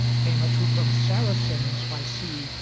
came a troop of saracens by sea,